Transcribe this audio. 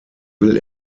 will